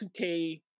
2K